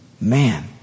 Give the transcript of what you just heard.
Man